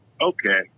Okay